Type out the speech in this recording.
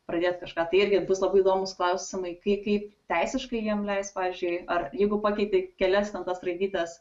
pradėt kažką tai irgi bus labai įdomūs klausimai kai kaip teisiškai jiem leis pavyzdžiui ar jeigu pakeitei kelias ten tas raidytes